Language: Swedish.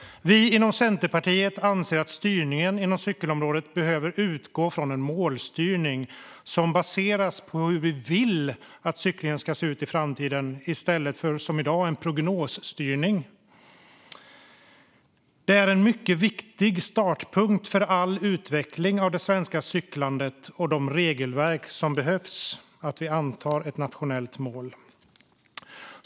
Vi inom Centerpartiet anser att styrningen inom cykelområdet behöver utgå från en målstyrning som baseras på hur vi vill att cyklingen ska se ut i framtiden i stället för dagens prognosstyrning. Det är en mycket viktig startpunkt för all utveckling av det svenska cyklandet och de regelverk som behövs att vi antar ett nationellt mål.